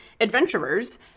adventurers